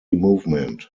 movement